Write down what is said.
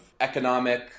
economic